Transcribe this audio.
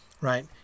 right